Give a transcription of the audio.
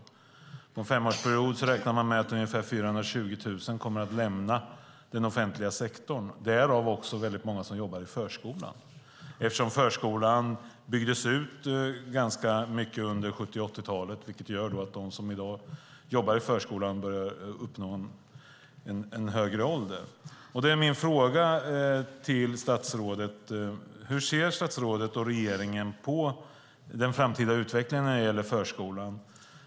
Under en femårsperiod räknar man med att ungefär 420 000 kommer att lämna den offentliga sektorn, därav många som jobbar i förskolan. Förskolan byggdes ut ganska mycket under 70 och 80-talet, vilket gör att de som i dag jobbar i förskolan börjar komma upp i en hög ålder. Min fråga till statsrådet är: Hur ser statsrådet och regeringen på den framtida utvecklingen när det gäller förskolan?